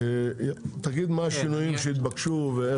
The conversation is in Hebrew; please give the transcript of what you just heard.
תגיד מה השינויים שהתבקשו.